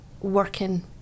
working